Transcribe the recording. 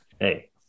hey